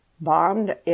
bombed